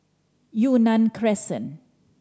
Yunnan Crescent